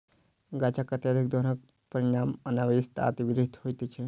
गाछकअत्यधिक दोहनक परिणाम अनावृष्टि आ अतिवृष्टि होइत छै